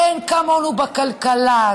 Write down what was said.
אין כמונו בכלכלה.